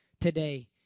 today